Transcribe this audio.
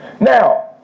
Now